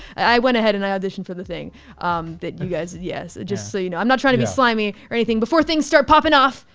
i went ahead and i auditioned for the thing that you guys did. yes, just so you know. i'm not trying to be slimy or anything before things start popping off,